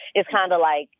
it's kind of like,